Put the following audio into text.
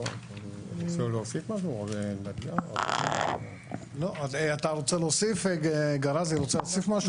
גראזי, רוצה להוסיף משהו?